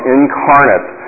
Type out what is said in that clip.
incarnate